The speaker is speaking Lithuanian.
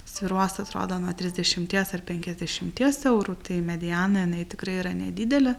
svyruos atrodo nuo trisdešimties ar penkiasdešimties eurų tai mediana inai tikrai yra nedidelė